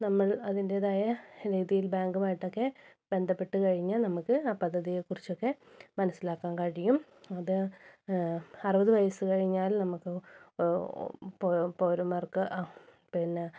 നമ്മൾ അതിൻ്റേതായ രീതിയിൽ ബാങ്കുമായിട്ടൊക്കെ ബന്ധപ്പെട്ടു കഴിഞ്ഞാൽ നമുക്ക് ആ പദ്ധതിയെക്കുറിച്ചൊക്കെ മനസ്സിലാക്കാൻ കഴിയും അത് അറുപത് വയസ്സ് കഴിഞ്ഞാൽ നമുക്ക് പൗരന്മാർക്ക് പിന്നെ